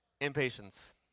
impatience